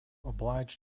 obliged